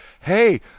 hey